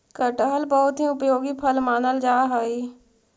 कटहल बहुत ही उपयोगी फल मानल जा हई